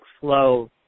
flow